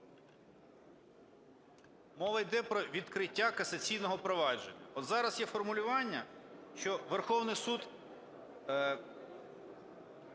Мова йде про відкриття касаційного провадження. От зараз є формулювання, що Верховний Суд